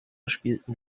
spielten